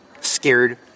scared